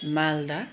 Malda